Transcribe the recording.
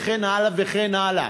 וכן הלאה וכן הלאה.